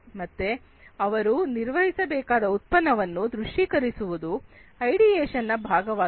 ಮತ್ತೆ ಅವರು ನಿರ್ಮಿಸಬೇಕಾದ ಉತ್ಪನ್ನವನ್ನು ದೃಶ್ಯೀಕರಿಸುವುದು ಐಡಿಯೇಷನ್ ನ ಭಾಗವಾಗಿದೆ